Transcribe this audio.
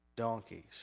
Donkeys